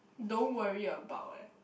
don't worry about what